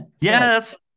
yes